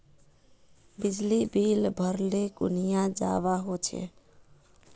बिजली बिल भरले कुनियाँ जवा होचे?